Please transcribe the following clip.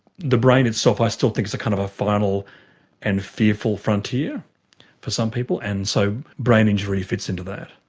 the brain itself i still think is kind of a final and fearful frontier for some people, and so brain injury fits into that.